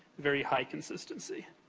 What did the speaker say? very high consistency.